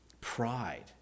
pride